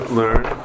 learn